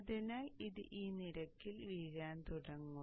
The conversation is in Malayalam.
അതിനാൽ ഇത് ഈ നിരക്കിൽ വീഴാൻ തുടങ്ങണം